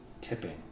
tipping